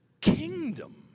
kingdom